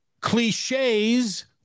cliches